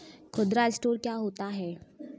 खुदरा स्टोर क्या होता है?